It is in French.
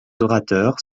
orateurs